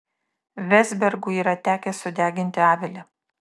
vezbergui yra tekę sudeginti avilį